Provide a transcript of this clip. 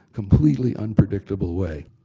completely unpredictable way.